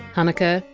hannukah,